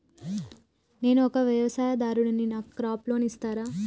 నేను ఒక వ్యవసాయదారుడిని నాకు క్రాప్ లోన్ ఇస్తారా?